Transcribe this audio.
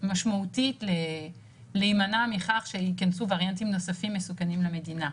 משמעותית להימנע מכך שייכנסו וריאנטים נוספים מסוכנים למדינה.